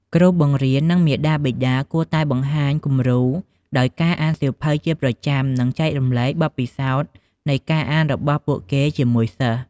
គ្រូបង្រៀន និងមាតាបិតាគួរតែបង្ហាញគំរូដោយការអានសៀវភៅជាប្រចាំ និងចែករំលែកបទពិសោធន៍នៃការអានរបស់ពួកគេជាមួយសិស្ស។